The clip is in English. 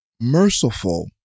Merciful